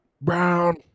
Brown